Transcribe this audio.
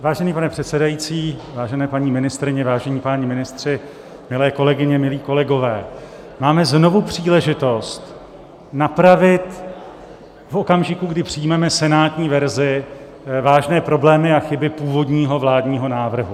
Vážený pane předsedající, vážené paní ministryně, vážení páni ministři, milé kolegyně, milí kolegové, máme znovu příležitost napravit v okamžiku, kdy přijmeme senátní verzi, vážné problémy a chyby původního vládního návrhu.